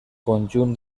conjunt